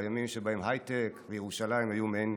בימים שבהם הייטק וירושלים היו מעין